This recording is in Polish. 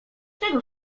czego